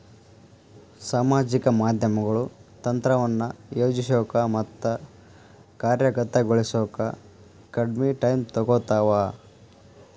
ಸಾಮಾಜಿಕ ಮಾಧ್ಯಮಗಳು ತಂತ್ರವನ್ನ ಯೋಜಿಸೋಕ ಮತ್ತ ಕಾರ್ಯಗತಗೊಳಿಸೋಕ ಕಡ್ಮಿ ಟೈಮ್ ತೊಗೊತಾವ